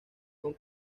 con